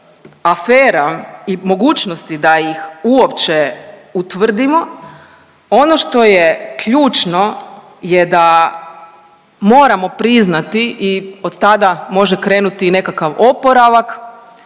afera i mogućnosti da ih uopće utvrdimo ono što je ključno je da moramo priznati i od tada može krenuti nekakav oporavak,